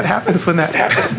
what happens when that happens